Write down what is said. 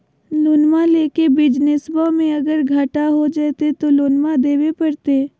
लोनमा लेके बिजनसबा मे अगर घाटा हो जयते तो लोनमा देवे परते?